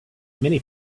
many